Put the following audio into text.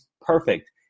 Perfect